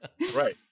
Right